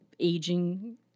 Aging